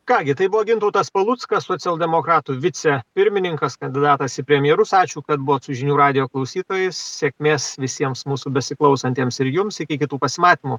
ką gi tai buvo gintautas paluckas socialdemokratų vicepirmininkas kandidatas į premjerus ačiū kad buvot su žinių radijo klausytojais sėkmės visiems mūsų besiklausantiems ir jums iki kitų pasimatymų